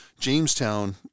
Jamestown